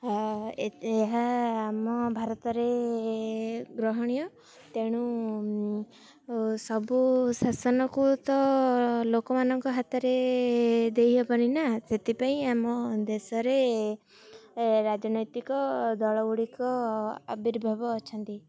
ଏହା ଆମ ଭାରତରେ ଗ୍ରହଣୀୟ ତେଣୁ ସବୁ ଶାସନକୁ ତ ଲୋକମାନଙ୍କ ହାତରେ ଦେଇହେବନିନା ସେଥିପାଇଁ ଆମ ଦେଶରେ ରାଜନୈତିକ ଦଳଗୁଡ଼ିକ ଆବିର୍ଭାବ ଅଛନ୍ତି